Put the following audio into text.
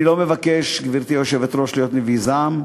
אני לא מבקש, גברתי היושבת-ראש, להיות נביא זעם,